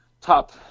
top